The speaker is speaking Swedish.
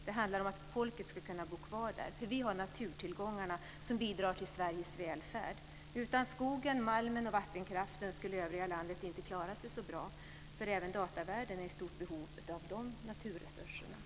Det handlar om att folket ska kunna bo kvar där. Vi har de naturtillgångar som bidrar till Sveriges välfärd. Utan skogen, malmen och vattenkraften skulle övriga landet inte klara sig så bra, för även datavärlden är i stort behov av dessa naturresurser.